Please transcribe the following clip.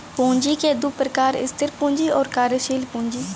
पूँजी क दू प्रकार स्थिर पूँजी आउर कार्यशील पूँजी